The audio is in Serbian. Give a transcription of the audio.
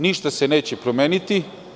Ništa se neće promeniti.